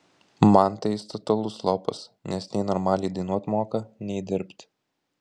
man tai jis totalus lopas nes nei normaliai dainuot moka nei dirbt